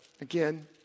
again